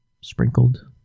sprinkled